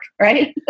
right